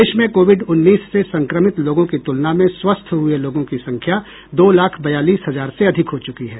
देश में कोविड उन्नीस से संक्रमित लोगों की तुलना में स्वस्थ हुए लोगों की संख्या दो लाख बयालीस हजार से अधिक हो चूकी है